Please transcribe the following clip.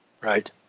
Right